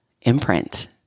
imprint